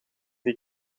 die